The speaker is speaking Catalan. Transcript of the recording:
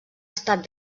estat